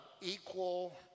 equal